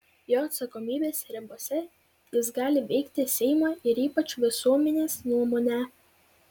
jo atsakomybės ribose jis gali veikti seimą ir ypač visuomenės nuomonę